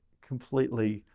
completely,